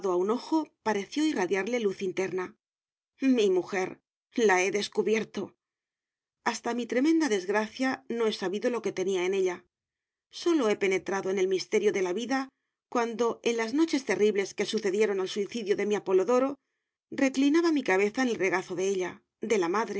un ojo pareció irradiarle luz interna mi mujer la he descubierto hasta mi tremenda desgracia no he sabido lo que tenía en ella sólo he penetrado en el misterio de la vida cuando en las noches terribles que sucedieron al suicidio de mi apolodoro reclinaba mi cabeza en el regazo de ella de la madre